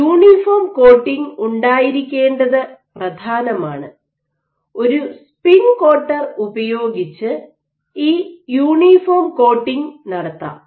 ഒരു uniform coating ഉണ്ടായിരിക്കേണ്ടത് പ്രധാനമാണ് ഒരു സ്പിൻ കോട്ടർ ഉപയോഗിച്ച് ഈ യൂണിഫോം കോട്ടിംഗ് നടത്താം